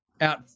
out